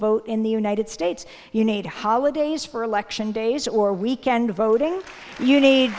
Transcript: vote in the united states you need holidays for election days or weekend voting you need